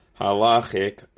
halachic